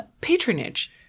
patronage